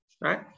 right